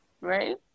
Right